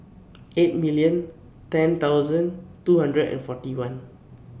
eight million ten thousand two hundred and forty one